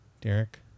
Derek